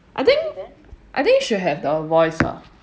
I think I think should have the voice ah